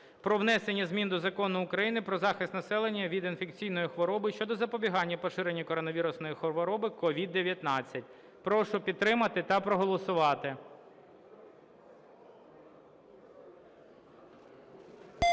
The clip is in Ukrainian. про внесення змін до Закону України "Про захист населення від інфекційних хвороб" щодо запобігання поширенню коронавірусної хвороби (COVID-19). Прошу підтримати та проголосувати.